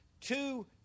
two